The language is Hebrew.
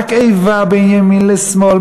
רק איבה בין ימין לשמאל,